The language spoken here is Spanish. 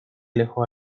alejó